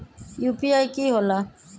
UPI कि होला?